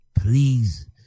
Please